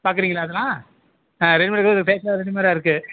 பார்க்குறீங்களா அதெல்லாம் ரெடிமேடு தான் இருக்குது தேக்கில் ரெடிமேட் தான் இருக்குது